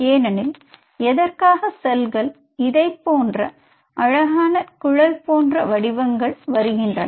ஏனெனில் எதற்காக செல்கள் இதைப்போன்ற அழகான குழல் போன்ற வடிவங்கள் வருகின்றன